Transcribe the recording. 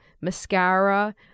mascara